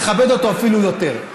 תכבד אותו אפילו יותר,